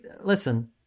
listen